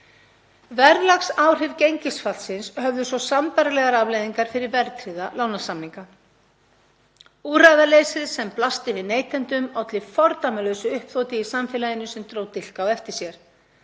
Verðlagsáhrif gengisfallsins höfðu sambærilegar afleiðingar fyrir verðtryggða lánasamninga. Úrræðaleysið sem blasti við neytendum olli fordæmalausu uppþoti í samfélaginu sem dró dilk á eftir sér.